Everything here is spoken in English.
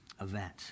event